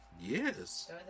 Yes